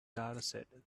dataset